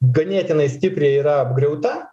ganėtinai stipriai yra apgriauta